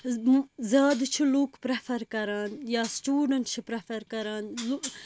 زیادٕ چھِ لوٗکھ پرِٛیفَر کَران یا سِٹوٗڈَنٛٹ چھُ پرِٛیفَر کَران لوٗکھ